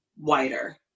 wider